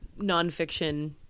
nonfiction